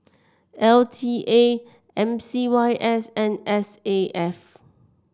L T A M C Y S and S A F